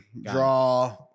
draw